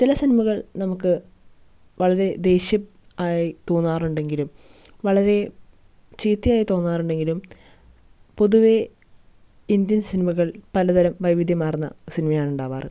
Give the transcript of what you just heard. ചില സിനിമകൾ നമുക്ക് വളരെ ദേഷ്യം ആയി തോന്നാറുണ്ടെങ്കിലും വളരെ ചീത്തയായി തോന്നാറുണ്ടെങ്കിലും പൊതുവെ ഇന്ത്യൻ സിനിമകൾ പലതരം വൈവിധ്യമാർന്ന സിനിമയാണ് ഉണ്ടാകാറ്